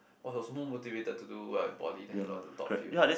was more motivated to do well in poly then he got to top field